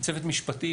צוות משפטי,